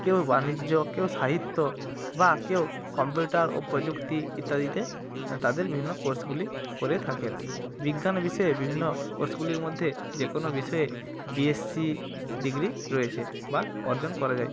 কেউ বাণিজ্য কেউ সাহিত্য বা কেউ কম্পিউটার ও প্রযুক্তি ইত্যাদিতে তাদের বিভিন্ন কোর্সগুলি করে থাকেন বিজ্ঞান বিষয়ে বিভিন্ন কোর্সগুলির মধ্যে যে কোনো বিষয়ে বি এস সি ডিগ্রি রয়েছে বা অর্জন করা যায়